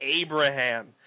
Abraham